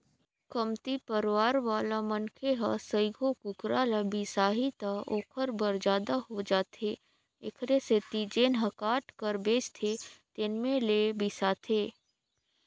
कमती परवार वाला मनखे ह सइघो कुकरा ल बिसाही त ओखर बर जादा हो जाथे एखरे सेती जेन ह काट कर बेचथे तेन में ले बिसाथे